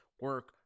Work